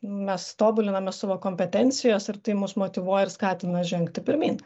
mes tobuliname savo kompetencijos ir tai mus motyvuoja ir skatina žengti pirmyn